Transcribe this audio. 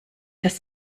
das